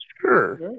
sure